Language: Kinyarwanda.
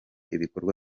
ibikorwa